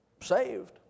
Saved